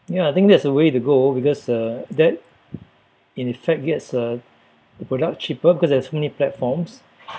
ya I think that's a way to go because uh that in effect gets uh product cheaper because there are so many platforms